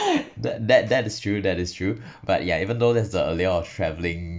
that that that is true that is true but yeah even though there's the allure of travelling